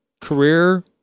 career